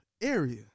area